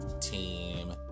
Team